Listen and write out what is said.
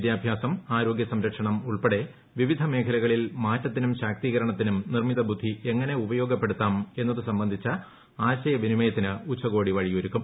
വിദ്യാഭ്യാസം ആരോഗ്യ സംരക്ഷണം ഉൾപ്പെടെ വിവിധ മേഖലകളിൽ മാറ്റത്തിനും ശാക്തീകരണത്തിനും നിർമ്മിതബുദ്ധി എങ്ങനെ ഉപയോഗപ്പെടുത്താം എന്നതു സംബന്ധിച്ചു ആശയ വിനിമയത്തിന് ഉച്ചകോടി വഴിയൊരുക്കും